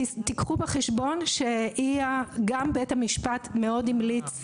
קחו בחשבון שבית המשפט המליץ,